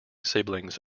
siblings